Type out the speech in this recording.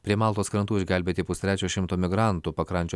prie maltos krantų išgelbėti pustrečio šimto migrantų pakrančių